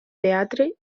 teatre